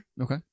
Okay